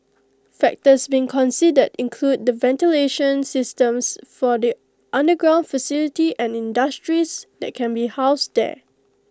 factors being considered include the ventilation systems for the underground facility and the industries that can be housed there